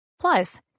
Plus